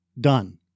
Done